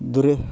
ದುರಿಯ್